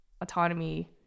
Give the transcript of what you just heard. autonomy